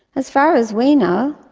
as far as we know,